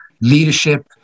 leadership